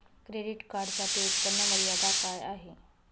Credit कार्डसाठी उत्त्पन्न मर्यादा काय आहे?